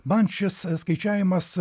man šis skaičiavimas